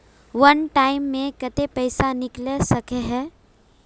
वन time मैं केते पैसा निकले सके है?